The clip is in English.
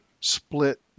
split